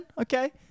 okay